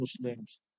Muslims